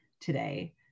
today